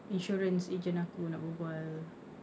insurance agent aku nak berbual